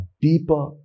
deeper